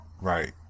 Right